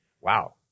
Wow